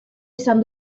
izan